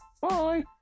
Bye